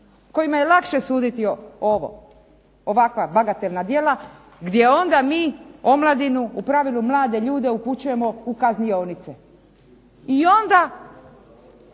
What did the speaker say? kojima je lakše suditi ovo, ovakva bagatelna djela gdje onda mi omladinu, u pravilu mlade ljude upućujemo u kaznionice. I onda